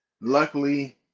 Luckily